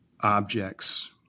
objects